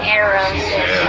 arrows